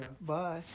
Bye